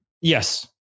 Yes